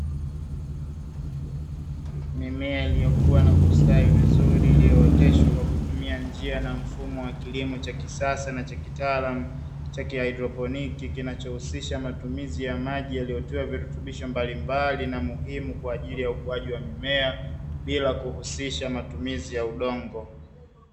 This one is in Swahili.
Mimea iliyokuwa na kustawi vizuri iliyooteshwa kwa kutumia njia na mfumo wa kilimo cha kisasa na cha kitaalamu cha kihaidroponi, kinachohusisha matumizi ya maji yaliyowekewa virutubisho mbalimbali na muhimu kwa ajili ya ukuwaji wa mimea, bila kuhusisha matumizi ya udongo.